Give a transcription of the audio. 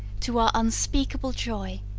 to our unspeakable joy,